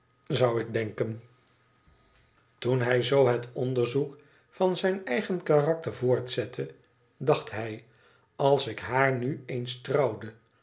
zou ik denken toen hij zoo het onderzoek van zijn eigen karakter voortzette dacht hij als ik haar nu eens trouwde